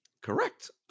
Correct